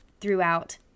throughout